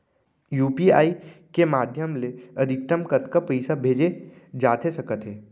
UPI के माधयम ले अधिकतम कतका पइसा भेजे जाथे सकत हे?